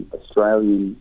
Australian